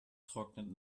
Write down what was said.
trocknet